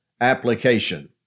application